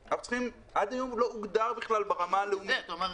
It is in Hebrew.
עד היום לא הוגדר בכלל ברמה הלאומית.